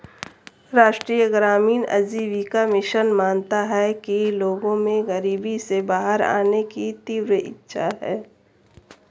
राष्ट्रीय ग्रामीण आजीविका मिशन मानता है कि लोगों में गरीबी से बाहर आने की तीव्र इच्छा है